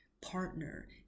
partner